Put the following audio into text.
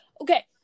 Okay